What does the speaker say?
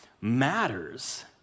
matters